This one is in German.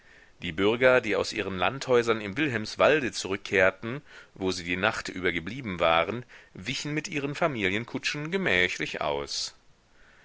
die bürger die aus ihren landhäusern im wilhelmswalde zurückkehrten wo sie die nacht über geblieben waren wichen mit ihren familienkutschen gemächlich aus